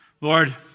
Lord